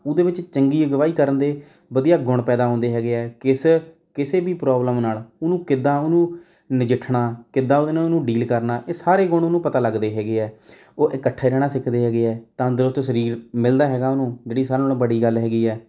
ਉਹਦੇ ਵਿੱਚ ਚੰਗੀ ਅਗਵਾਈ ਕਰਨ ਦੇ ਵਧੀਆ ਗੁਣ ਪੈਦਾ ਹੁੰਦੇ ਹੈਗੇ ਹੈ ਕਿਸ ਕਿਸੇ ਵੀ ਪ੍ਰੋਬਲਮ ਨਾਲ ਉਹਨੂੰ ਕਿੱਦਾਂ ਉਹਨੂੰ ਨਜਿੱਠਣਾ ਕਿੱਦਾਂ ਉਹਦੇ ਨਾਲ ਉਹਨੂੰ ਡੀਲ ਕਰਨਾ ਇਹ ਸਾਰੇ ਗੁਣ ਉਹਨੂੰ ਪਤਾ ਲੱਗਦੇ ਹੈਗੇ ਹੈ ਉਹ ਇਕੱਠੇ ਰਹਿਣਾ ਸਿੱਖਦੇ ਹੈਗੇ ਹੈ ਤੰਦਰੁਸਤ ਸਰੀਰ ਮਿਲਦਾ ਹੈਗਾ ਉਹਨੂੰ ਜਿਹੜੀ ਸਾਰਿਆ ਨਾਲੋਂ ਬੜੀ ਗੱਲ ਹੈਗੀ ਹੈ